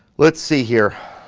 let's see here